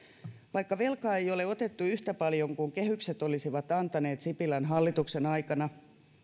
vaikka velkaa ei ole otettu yhtä paljon kuin kehykset olisivat antaneet sipilän hallituksen aikana